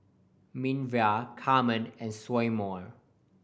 Minervia Carmen and Seymour